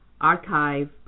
archive